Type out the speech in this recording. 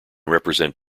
represent